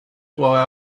why